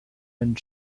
and